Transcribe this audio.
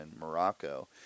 Morocco